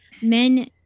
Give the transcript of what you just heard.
men